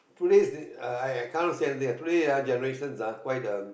today's uh I I cannot say anything today ah generation ah quite um